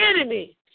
enemy